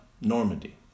Normandy